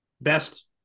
Best